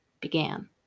began